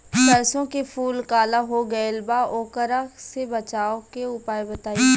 सरसों के फूल काला हो गएल बा वोकरा से बचाव के उपाय बताई?